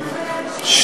אבל אנשים צריכים לדעת.